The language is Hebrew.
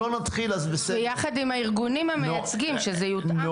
ביחד עם הארגונים המייצגים שזה יותאם.